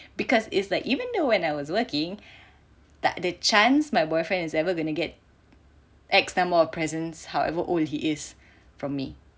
because is like even though when I was working tak ada chance my boyfriend has ever going to get X number of presents however old he is from me